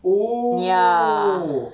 oh